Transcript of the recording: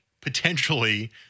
potentially